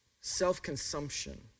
self-consumption